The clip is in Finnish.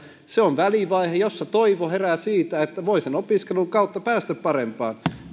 se on välivaihe jossa toivo herää siitä että voi sen opiskelun kautta päästä parempaan